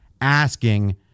asking